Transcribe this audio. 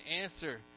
answer